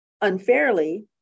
unfairly